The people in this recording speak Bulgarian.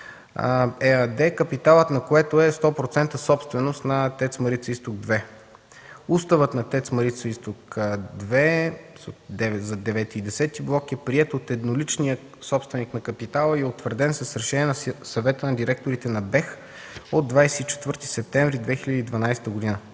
ЕАД, капиталът на което е 100% собственост на ТЕЦ „Марица Изток 2”. Уставът на ТЕЦ „Марица Изток 2” за ІХ и Х блок е приет от едноличния собственик на капитала и е утвърден с Решение на Съвета на директорите на БЕХ от 24 септември 2012 г.